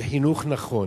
בחינוך נכון.